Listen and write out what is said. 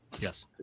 Yes